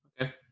okay